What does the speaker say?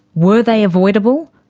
were they avoidable?